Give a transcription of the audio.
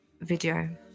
video